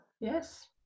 Yes